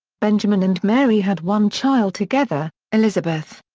benjamin and mary had one child together, elizabeth.